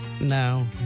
No